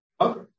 Okay